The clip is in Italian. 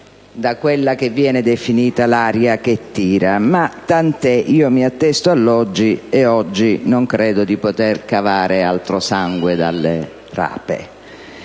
da quella che viene definita l'aria che tira. Ma, tant'è, io mi attesto all'oggi, e oggi non credo di poter cavare altro sangue dalle rape.